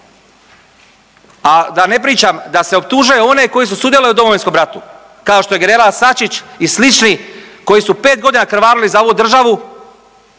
A da ne pričam da se optužuje one koji su sudjelovali u Domovinskom ratu, kao što je general Sačić i slični koji su 5 godina krvarili za ovu državu,